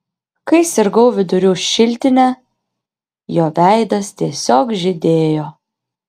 kai sirgau vidurių šiltine jo veidas tiesiog žydėjo